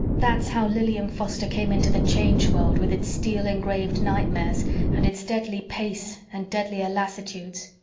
that's how lilian foster came into the change world with its steel-engraved nightmares and its deadly pace and deadlier lassitudes.